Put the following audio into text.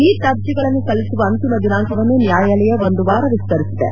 neat ಅರ್ಜಿಗಳನ್ನು ಸಲ್ಲಿಸುವ ಅಂತಿಮ ದಿನಾಂಕವನ್ನು ನ್ಯಾಯಾಲಯ ಒಂದು ವಾರ ವಿಸ್ತರಿಸಿದೆ